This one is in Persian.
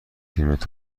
کیلومتر